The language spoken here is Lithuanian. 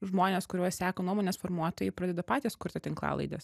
žmonės kuriuos seka nuomonės formuotojai pradeda patys kurti tinklalaides